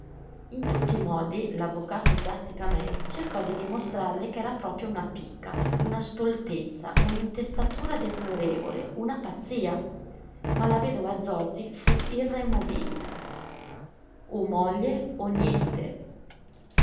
in tutti i modi l'avvocato gàttica-mei cercò di dimostrarle ch'era proprio una picca una stoltezza un'intestatura deplorevole una pazzia ma la vedova zorzi fu irremovibile o moglie o niente